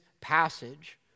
passage